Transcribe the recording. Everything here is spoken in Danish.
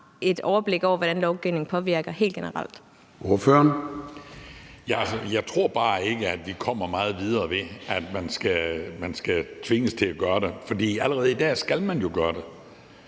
Kl. 16:16 Hans Christian Schmidt (V): Jeg tror bare ikke, at vi kommer meget videre, ved at man skal tvinges til at gøre det, for allerede i dag skal man jo gøre det.